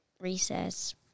recess